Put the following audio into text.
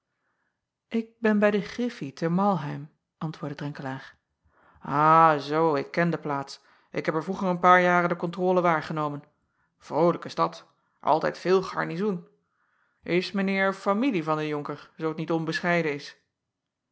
k ben bij de griffie te arlheim antwoordde renkelaer h zoo ik ken de plaats ik heb er vroeger een paar jaren de contrôle waargenomen rolijke stad altijd veel garnizoen s mijn eer familie van den onker zoo t niet onbescheiden is